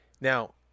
Now